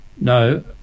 no